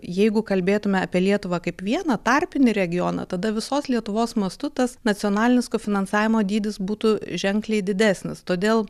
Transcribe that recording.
jeigu kalbėtume apie lietuvą kaip vieną tarpinį regioną tada visos lietuvos mastu tas nacionalinis kofinansavimo dydis būtų ženkliai didesnis todėl